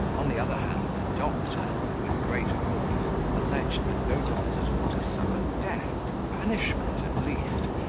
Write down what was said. on the other hand, the doctor with great warmth alleged, that those officers ought to suffer death, or banishment at least,